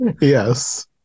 Yes